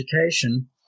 education